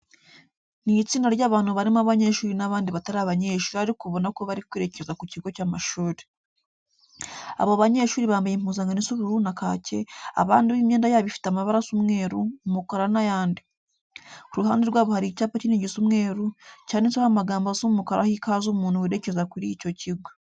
Ni itsinda ry'abantu barimo abanyeshuri n'abandi batari abanyeshyuri ariko ubona ko bari kwerekeza ku kigo cy'amashuri. Abo banyeshuri bambaye impuzankano isa ubururu na kake, abandi bo imyenda yabo ifite amabara asa umweru, umukara n'ayandi. Ku ruhande rwabo hari icyapa kinini gisa umweru, cyanditseho amagambo asa umukara aha ikaze umuntu werekeza kuri icyo kigo.